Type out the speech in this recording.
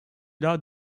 ila